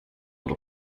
want